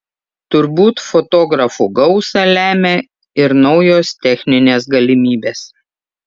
turbūt fotografų gausą lemia ir naujos techninės galimybės